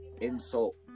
insult